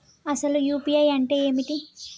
అసలు యూ.పీ.ఐ అంటే ఏమిటి?